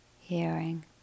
hearing